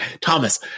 Thomas